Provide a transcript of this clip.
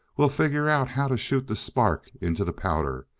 we'll figure out how to shoot the spark into the powder,